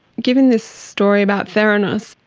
given this story about theranos,